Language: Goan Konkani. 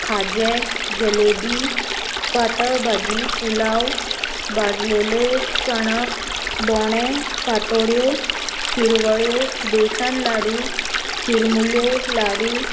खाजें जलेबी पातळ भाजी पुलाव भाजलेले चणक दोणे पातोळ्यो शिरवळ्यो बेसन लाडू चिरमुल्यो लाडू